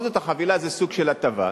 ובכל זאת החבילה זה סוג של הטבה.